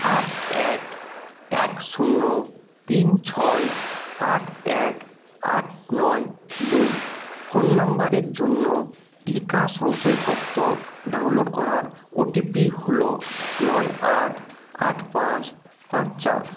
আট এক এক শূন্য তিন ছয় আট এক আট নয় দুই ফোন নাম্বারের জন্য টিকা সংশয়পত্র ডাউনলোড করার ওটিপি হলো নয় আট আট পাঁচ পাঁচ চার